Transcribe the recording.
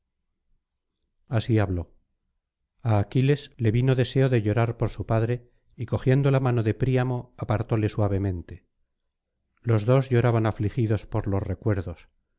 así habló a aquiles le vino deseo de llorar por su padre y cogiendo la mano de príamo apartóle suavemente los dos lloraban afligidos por iqs recuerdos